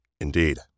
Indeed